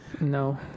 No